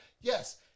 Yes